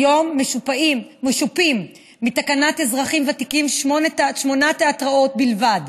כיום משופים מתקנת אזרחים ותיקים שמונה תיאטראות בלבד,